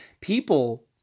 people